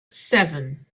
seven